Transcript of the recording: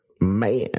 Man